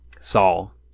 saul